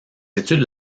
études